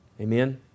Amen